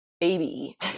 baby